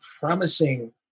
promising